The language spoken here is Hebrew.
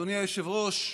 אדוני היושב-ראש,